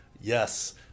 yes